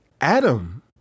Adam